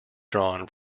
drawn